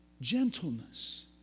gentleness